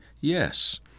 yes